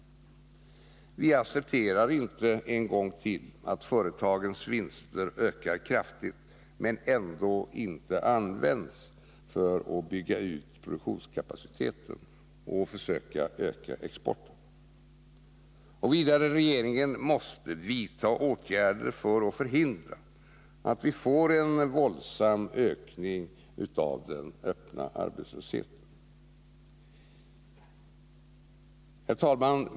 Vi accepterar inte en gång till att företagens vinster ökar kraftigt men ändå inte används för att bygga ut produktionskapaciteten och öka exporten. Regeringen måste vidta åtgärder för att förhindra att vi får en våldsam ökning av den öppna arbetslösheten. Herr talman!